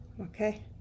okay